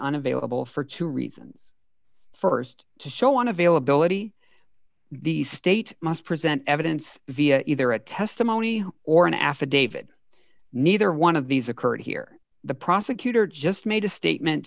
unavailable for two reasons st to show on availability the state must present evidence via either a testimony or an affidavit neither one of these occurred here the prosecutor just made a statement